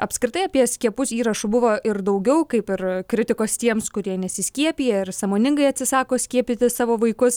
apskritai apie skiepus įrašų buvo ir daugiau kaip ir kritikos tiems kurie nesiskiepija ir sąmoningai atsisako skiepyti savo vaikus